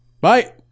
Bye